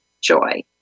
joy